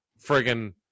friggin